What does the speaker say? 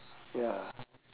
ya